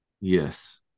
Yes